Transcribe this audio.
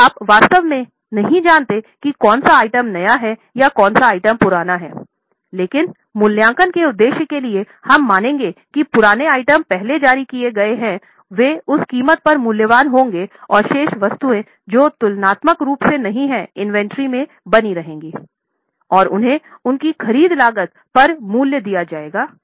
तो आप वास्तव में नहीं जानते कि कौन सा आइटम नया है और कौन सा आइटम पुराना है लेकिन मूल्यांकन के उद्देश्य के लिए हम मानेंगे कि पुराने आइटम पहले जारी किए गए हैं वे उस कीमत पर मूल्यवान होंगे और शेष वस्तुएं जो तुलनात्मक रूप से नई हैं इन्वेंट्री में बनी रहेंगीऔर उन्हें उनकी खरीद लागत पर मूल्य दिया जाएगा